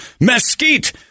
Mesquite